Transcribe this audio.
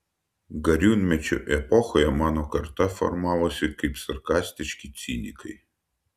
gariūnmečio epochoje mano karta formavosi kaip sarkastiški cinikai